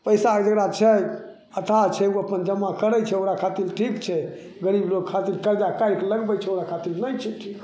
पैसा जकरा छै अथाह छै ओ अपन जमा करय छै ओकरा खातिर ठीक छै गरीब लोग खातिर कर्जा काढ़ि कए लगबय छै ओकरा खातिर नहि छै ठीक